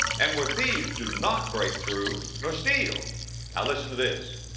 and where thieves do not break through nor steal now listen to this,